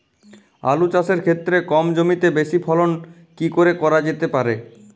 আলু চাষের ক্ষেত্রে কম জমিতে বেশি ফলন কি করে করা যেতে পারে?